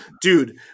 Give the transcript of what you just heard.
dude